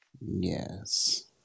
Yes